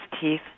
teeth